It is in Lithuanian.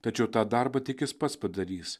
tačiau tą darbą tik jis pats padarys